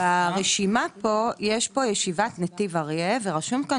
ברשימה פה יש את ישיבת נתיב אריה ורשום כאן